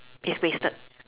it's wasted